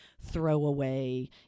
throwaway